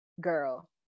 girl